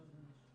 כל הזמן יש.